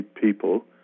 people